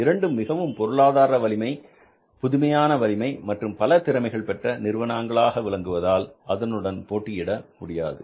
இரண்டும் மிகவும் பொருளாதார வலிமை புதுமையான வலிமை மற்றும் பல திறமைகள் பெற்ற நிறுவனங்களாக விளங்குவதால் அதனுடன் போட்டியிட முடியாது